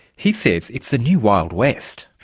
he says it's the new wild west.